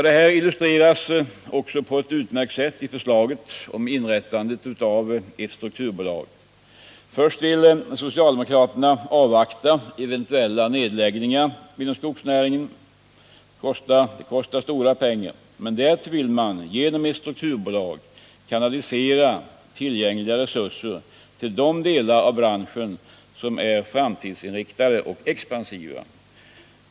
Detta illustreras på ett utmärkt sätt i förslaget om inrättandet av ett strukturbolag. Först vill socialdemokraterna avvakta eventuella nedläggningar inom skogsnäringen. Detta kostar stora pengar. Men därtill vill man genom ett strukturbolag kanalisera tillgängliga resurser till de delar av branschen som är framtidsinriktade och expansiva.